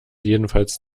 jedenfalls